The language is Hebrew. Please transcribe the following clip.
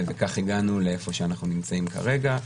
וכך הגענו לאיפה שאנחנו נמצאים כרגע.